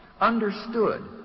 understood